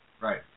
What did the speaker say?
Right